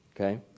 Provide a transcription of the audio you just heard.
okay